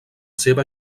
seva